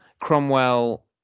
Cromwell